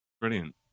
Brilliant